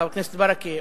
חבר הכנסת ברכה,